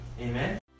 Amen